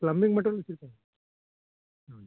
ಇಲ್ಲ ಭಾಳ ತೊಗೊಂಡ್ರಿ ಮತ್ತು ಕಡ್ಮೆ ಮಾಡ್ತೀವಿ ಅದ್ರಾಗ